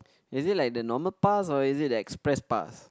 is it like the normal pass or is it the express pass